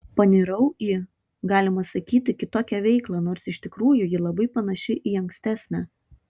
panirau į galima sakyti kitokią veiklą nors iš tikrųjų ji labai panaši į ankstesnę